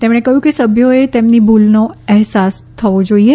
તેમણે કહ્યું સભ્યોએ તેમની ભૂલોનો અહેસાસ કરવો જોઈએ